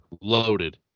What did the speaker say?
Loaded